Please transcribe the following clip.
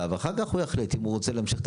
ואחר כך הוא יחליט אם הוא רוצה להמשיך את